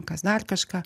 kas dar kažką